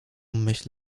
myśl